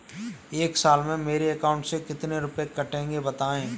एक साल में मेरे अकाउंट से कितने रुपये कटेंगे बताएँ?